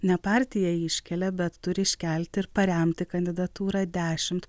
ne partija jį iškelia bet turi iškelti ir paremti kandidatūrą dešimt